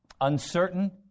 uncertain